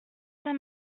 saint